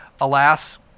Alas